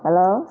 hello